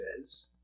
says